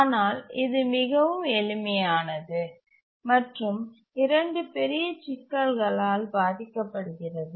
ஆனால் இது மிகவும் எளிமையானது மற்றும் இரண்டு பெரிய சிக்கல்களால் பாதிக்கப்படுகிறது